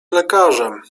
lekarzem